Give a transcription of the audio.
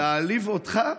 להעליב אותך?